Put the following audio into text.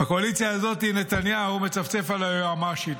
בקואליציה הזו נתניהו מצפצף על היועמ"שית,